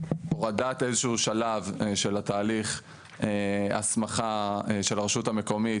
הורדת איזשהו שלב של תהליך הסמכה של הרשות המקומית,